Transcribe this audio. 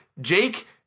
Jake